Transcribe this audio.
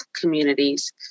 communities